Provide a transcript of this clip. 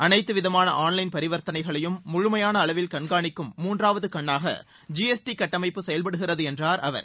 அனைத்து விதமான online பரிவர்த்தனைகளையும் முழுமையான அளவில் கண்காணிக்கும் மூன்றாவது கண்ணாக ஜி எஸ் டி கட்டமைப்பு செயல்படுகிறது என்றார் அவர்